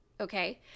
okay